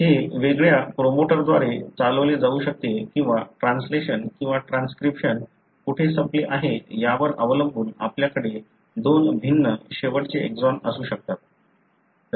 हे वेगळ्या प्रवर्तकाद्वारे चालवले जाऊ शकते किंवा ट्रान्सलेशन किंवा ट्रान्सक्रिप्शन कोठे संपले आहे यावर अवलंबून आपल्याकडे दोन भिन्न शेवटचे एक्सॉन असू शकतात